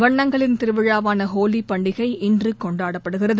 வண்ணங்களின் திருவிழாவான ஹோலி பண்டிகை இன்று கொண்டாடப்படுகிறது